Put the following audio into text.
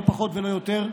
לא פחות ולא יותר,